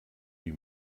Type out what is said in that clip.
die